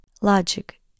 logic